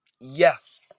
Yes